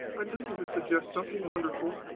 i knew you would suggest something wonderful.